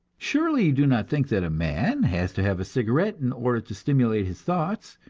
surely you do not think that a man has to have a cigarette in order to stimulate his thoughts,